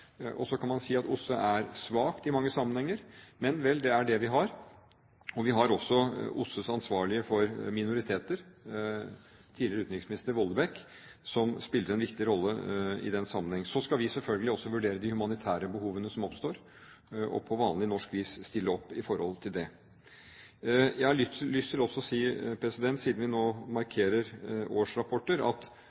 og så kan man si at OSSE er svakt i mange sammenhenger, men det er det vi har. Vi har også OSSEs ansvarlige for minoriteter, tidligere utenriksminister Vollebæk, som spiller en viktig rolle i den sammenhengen. Så skal vi selvfølgelig også vurdere de humanitære behovene som oppstår, og på vanlig norsk vis stille opp i forhold til det. Jeg har også lyst til å si, siden vi nå markerer årsrapporter, at